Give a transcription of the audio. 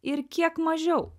ir kiek mažiau